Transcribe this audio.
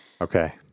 Okay